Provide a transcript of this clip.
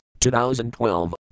2012